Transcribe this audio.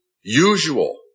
usual